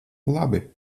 labi